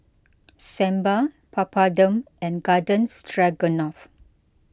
Sambar Papadum and Garden Stroganoff